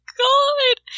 god